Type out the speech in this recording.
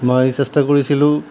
মই চেষ্টা কৰিছিলোঁ